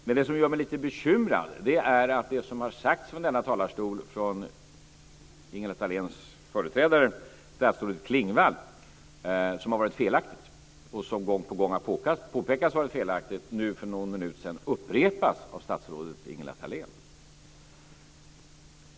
Men det som gör mig lite bekymrad är att det som har sagts från denna talarstol från Ingela Thaléns företrädare, statsrådet Klingvall, och som har varit felaktigt och som gång på gång har påpekats att det varit felaktigt nu för någon minut sedan upprepades från statsrådet Ingela Thalén.